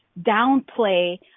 downplay